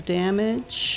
damage